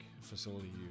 facility